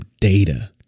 data